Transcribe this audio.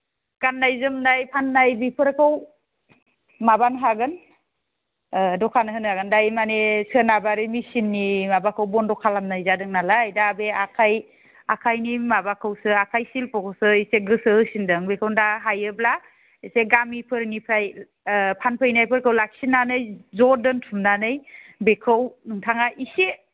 गाननाय जोमनाय फाननाय बिफोरखौ माबानो हागोन दखान होनो हागोन दायो माने सोनाबारि मेचिननि माबाखौ बन्द' खालामनाय जादों नालाय दा बे आखाइ आखाइनि माबाखौसो आखाइ शिल्प'खौसो एसे गोसो होसिनदों बेखौनो दा हायोब्ला एसे गामिफोरनिफ्राय फानफैनायफोरखौ लाखिनानै ज' दोनथुमनानै बेखौ नोंथाङा एसे